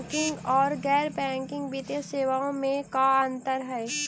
Banking और गैर banking वित्तीय सेवाओं में का अंतर हइ?